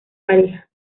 pareja